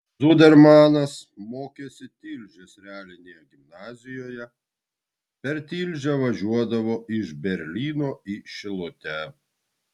zudermanas mokėsi tilžės realinėje gimnazijoje per tilžę važiuodavo iš berlyno į šilutę